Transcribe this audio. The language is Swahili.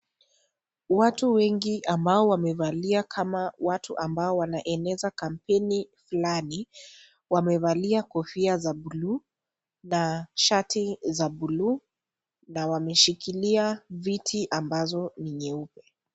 Watu wengi ambao wamevalia kama watu ambao wanaoeneza kampeni fulani wamevalia kofia za bulu na shati za bulu na wameshikilia viti ambazo ni nyeupe.